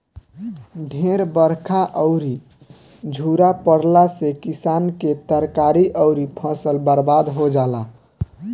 ढेर बरखा अउरी झुरा पड़ला से किसान के तरकारी अउरी फसल बर्बाद हो जाला